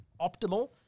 optimal